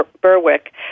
Berwick